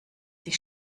sich